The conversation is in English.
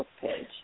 page